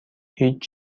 هیچ